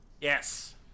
Yes